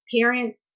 parents